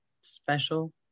special